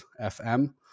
FM